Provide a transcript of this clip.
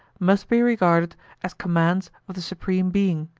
must be regarded as commands of the supreme being,